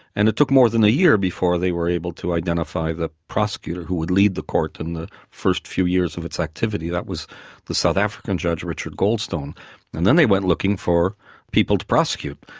and it took more than a year before they were able to identify the prosecutor who would lead the court in the first few years of its activity. that was the south african judge, richard galston. and then they went looking for people to prosecute,